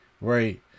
right